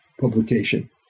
publication